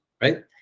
right